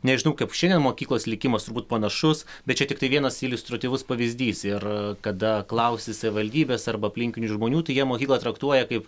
nežinau kaip šiandien mokyklos likimas turbūt panašus bet čia tiktai vienas iliustratyvus pavyzdys ir kada klausi savivaldybės arba aplinkinių žmonių tai jie mokyklą traktuoja kaip